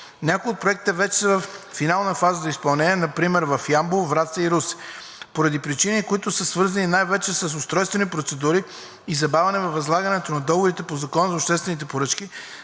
Някои от проектите вече са във финална фаза на изпълнение –например в Ямбол, Враца и Русе. Поради причини, които са свързани най-вече с устройствени процедури и забавяне във възлагане на договорите по Закона за обществени поръчки